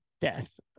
death